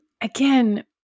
Again